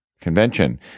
convention